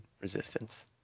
resistance